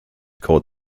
called